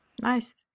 Nice